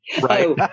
Right